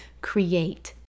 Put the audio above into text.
create